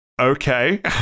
Okay